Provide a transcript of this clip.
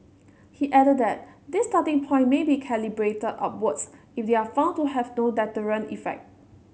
he added that this starting point may be calibrated upwards if they are found to have no deterrent effect